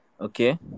Okay